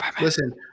Listen